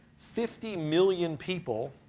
fifty million people